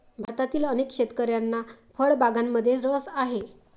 भारतातील अनेक शेतकऱ्यांना फळबागांमध्येही रस आहे